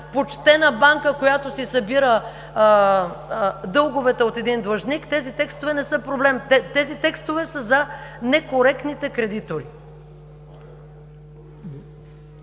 почтена банка, която си събира дълговете от един длъжник, тези текстове не са проблем. Тези текстове са за некоректните кредитори.